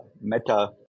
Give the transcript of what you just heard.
Meta